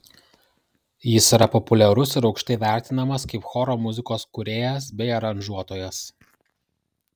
jis yra populiarus ir aukštai vertinamas kaip choro muzikos kūrėjas bei aranžuotojas